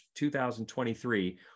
2023